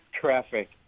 traffic